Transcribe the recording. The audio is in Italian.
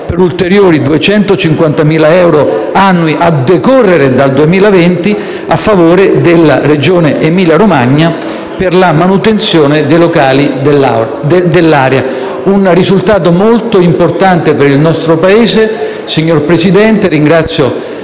per ulteriori 250.000 euro annui (a decorrere dal 2020) a favore della Regione Emilia-Romagna, per la manutenzione dei locali dell'area. Si tratta di un risultato molto importante per il nostro Paese, signor Presidente. Ringrazio